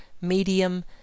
medium